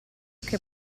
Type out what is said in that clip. che